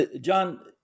john